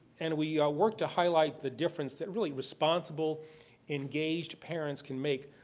and we work to highlight the difference that really responsible engaged parents can make.